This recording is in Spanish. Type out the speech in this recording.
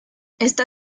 está